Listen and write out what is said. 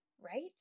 right